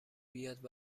بیاد